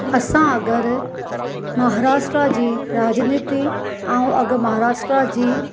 असां अॻरि महाराष्ट्र जी राजनीति ऐं अॻु महाराष्ट्र जी